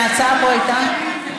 ההצעה פה הייתה,